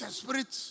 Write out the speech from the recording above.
spirit